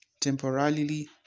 Temporarily